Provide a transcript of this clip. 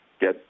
get